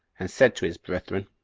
and said to his brethren,